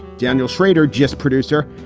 daniel shrader, just producer,